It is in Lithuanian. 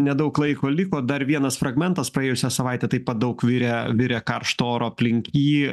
nedaug laiko liko dar vienas fragmentas praėjusią savaitę taip pat daug virė virė karšto oro aplink jį